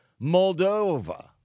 Moldova